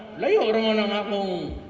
let me, um and let me